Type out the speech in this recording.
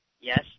Yes